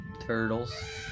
Turtles